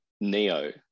Neo